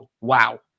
Wow